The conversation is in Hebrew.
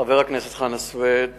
חבר הכנסת חנא סוייד